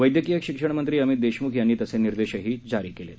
वैद्यकीय शिक्षण मंत्री अमित देशमुख यांनी तसे निर्देशही जारी केले आहेत